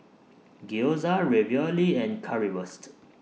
Gyoza Ravioli and Currywurst